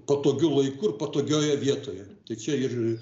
patogiu laiku ir patogioje vietoje tai čia ir